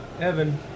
Evan